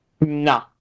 No